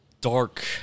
dark